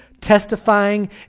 testifying